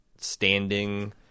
standing